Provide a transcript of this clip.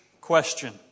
question